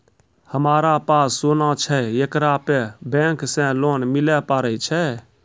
हमारा पास सोना छै येकरा पे बैंक से लोन मिले पारे छै?